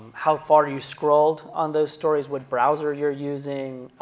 how far you scrolled on those stories, what browser you're using,